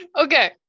okay